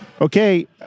Okay